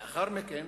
לאחר מכן